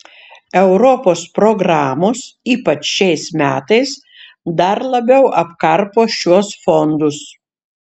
europos programos ypač šiais metais dar labiau apkarpo šiuos fondus